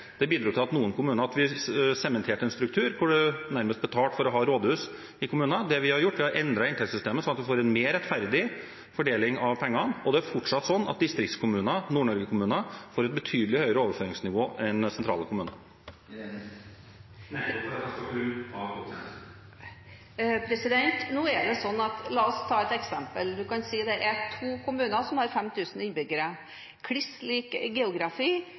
Det bidro til at vi sementerte en struktur der man nærmest betalte for å ha rådhus i kommunene. Det vi har gjort, er at vi har endret inntektssystemet sånn at man får en mer rettferdig fordeling av pengene. Og det er fortsatt sånn at distriktskommuner, kommuner i Nord-Norge, har et betydelig høyere overføringsnivå enn sentrale kommuner – nettopp for at de skal kunne ha et godt tjenestetilbud. La oss ta et eksempel og si at det er to kommuner som har 5 000 innbyggere, kliss lik geografi,